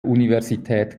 universität